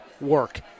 work